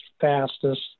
fastest